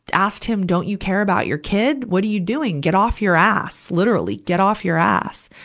asked him, don't you care about your kid? what are you doing? get off your ass! literally, get off your ass.